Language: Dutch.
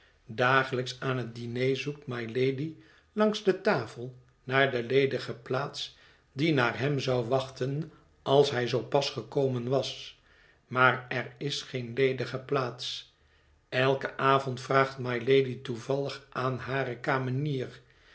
dagelijks aan het diner zoekt mylady langs de tafel naar de ledige plaats die naar hem zou wachten als hij zoo pas gekomen was maar er is geen ledige plaats eiken avond vraagt mylady toevallig aan hare kamenier